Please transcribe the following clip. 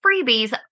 freebies